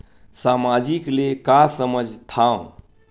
सामाजिक ले का समझ थाव?